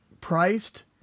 priced